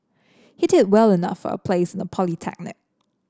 he did well enough for a place in a polytechnic